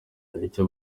icyo